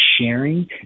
sharing